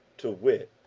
to wit,